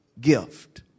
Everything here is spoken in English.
gift